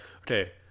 okay